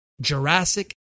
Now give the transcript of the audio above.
Jurassic